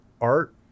art